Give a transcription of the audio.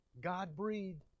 God-breathed